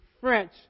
French